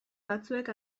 batzuek